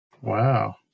Wow